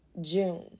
June